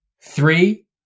Three